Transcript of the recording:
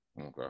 okay